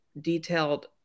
detailed